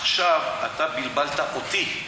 עכשיו בלבלת אותי.